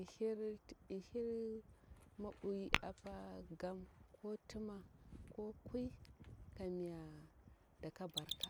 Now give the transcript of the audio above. Ihir ihir mwobwui apa gam ko tima ko kwui kamya daka barka